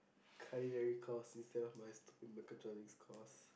culinary course instead of my stupid mechatronics course